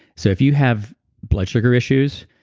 so, if you have blood sugar issues